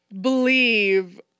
Believe